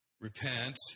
repent